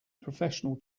professional